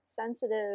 sensitive